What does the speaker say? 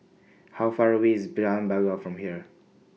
How Far away IS Jalan Bangau from here